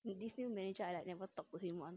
this new manager I like never talk to him [one]